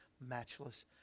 matchless